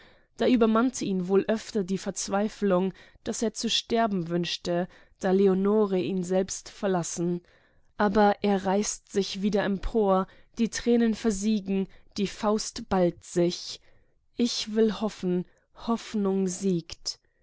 da übermannte ihn die verzweiflung daß er zu sterben wünschte weil leonore selbst ihn verlassen aber er reißt sich wieder empor die tränen versiegen die faust ballt sich ich will hoffen hoffnung siegt